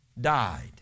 died